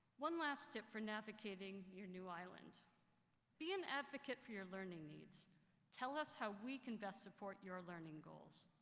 one last tip for navigating your new island be an advocate for your learning needs tell us how we can best support your learning goals.